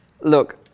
Look